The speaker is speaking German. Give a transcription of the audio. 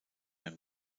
mehr